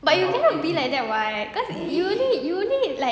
but it won't be like that what cause you only you only like